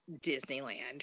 Disneyland